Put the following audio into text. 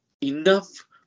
enough